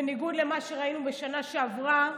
בניגוד למה שראינו בשנה שעברה,